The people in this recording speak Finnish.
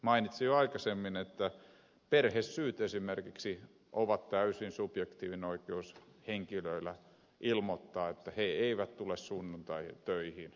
mainitsin jo aikaisemmin että perhesyistä esimerkiksi on täysin subjektiivinen oikeus henkilöillä ilmoittaa että he eivät tule sunnuntaina töihin